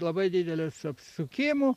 labai didelis apsukimų